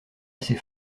assez